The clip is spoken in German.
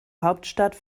hauptstadt